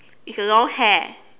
it's a long hair